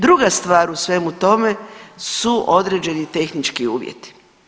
Druga stvar u svemu tome su određeni tehnički uvjeti.